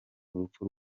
urupfu